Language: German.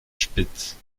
spitz